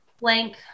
blank